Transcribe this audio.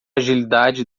agilidade